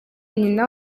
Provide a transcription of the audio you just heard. nyina